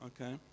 Okay